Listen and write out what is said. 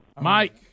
Mike